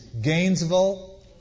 Gainesville